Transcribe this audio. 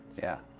yeah.